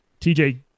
TJ